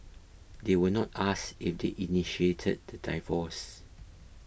they were not asked if they initiated the divorce